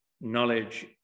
knowledge